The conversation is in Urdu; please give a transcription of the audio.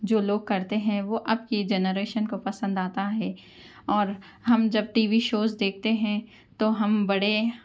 جو لوگ کرتے ہیں وہ اب کی جنریشن کو پسند آتا ہے اور ہم جب ٹی وی شوز دیکھتے ہیں تو ہم بڑے